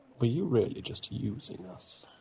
were you really just using us?